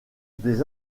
des